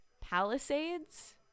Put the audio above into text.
palisades